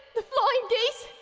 the flying geese?